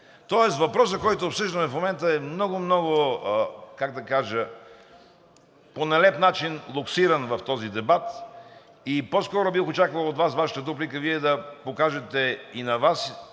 Тоест въпросът, който обсъждаме в момента, е много, много, как да кажа, по нелеп начин локсиран в този дебат, и по-скоро бих очаквал от Вас във Вашата дуплика Вие да покажете и Вашето,